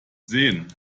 sehen